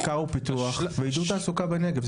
מחקר ופיתוח ועידוד תעסוקה בנגב.